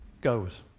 goes